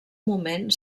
moment